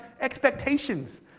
expectations